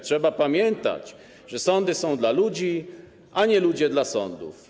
Trzeba pamiętać, że sądy są dla ludzi, a nie ludzie dla sądów.